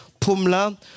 Pumla